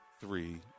three